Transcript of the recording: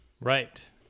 Right